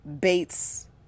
Bates